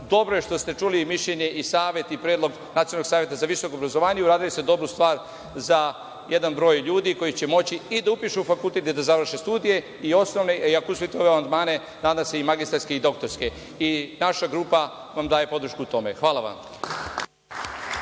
samo ministar odgovoran. Dobro je što ste čuli mišljenje, savete i predlog Nacionalnog saveta za visoko obrazovanje. Uradili ste dobru stvar za jedan broj ljudi koji će moći i da upišu fakultet i da završe studije i osnovne, ako usvojite i ove amandmane, nadam se, i magistarske i doktorske. Naša grupa vam daje podršku u tome. Hvala.